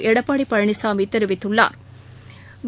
எடப்பாடிபழனிசாமிதெரிவித்துள்ளாா்